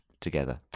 together